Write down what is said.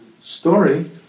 story